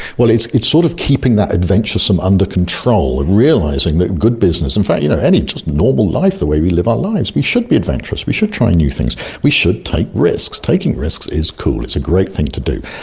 well, it's it's sort of keeping that adventuresome under control and realising that good business. in fact you know any just normal life, the way we live our lives, we should be adventurous, we should try new things, we should take risks. taking risks is cool, it's a great thing to do,